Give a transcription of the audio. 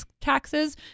taxes